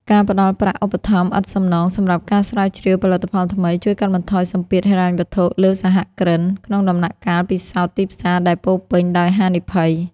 ការផ្ដល់ប្រាក់ឧបត្ថម្ភឥតសំណងសម្រាប់ការស្រាវជ្រាវផលិតផលថ្មី ជួយកាត់បន្ថយសម្ពាធហិរញ្ញវត្ថុលើសហគ្រិន ក្នុងដំណាក់កាលពិសោធន៍ទីផ្សារដែលពោរពេញដោយហានិភ័យ។